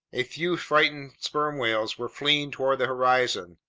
a few frightened sperm whales were fleeing toward the horizon.